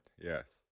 yes